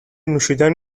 نوشیدن